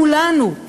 כולנו,